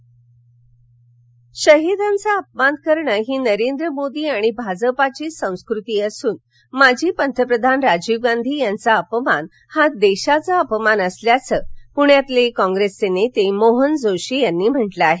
राजीव गांधी शहीदांचा अपमान करणं ही नरेंद्र मोदी आणि भाजपची संस्कृती असून माजी पंतप्रधान राजीव गांधी यांचा अपमान हा देशाचा अपमान असल्याचं पुण्यातील काँग्रेसचे नेते मोहन जोशी यांनी म्हंटल आहे